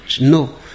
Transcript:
No